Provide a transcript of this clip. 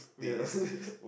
yeah